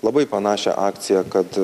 labai panašią akciją kad